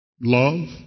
love